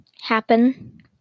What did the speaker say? happen